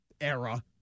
era